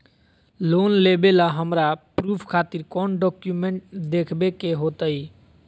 Loan लेबे ला हमरा प्रूफ खातिर कौन डॉक्यूमेंट देखबे के होतई?